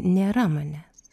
nėra manęs